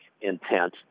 intent